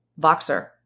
Voxer